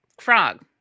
frog